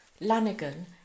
Lanigan